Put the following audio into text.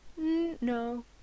No